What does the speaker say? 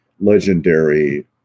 legendary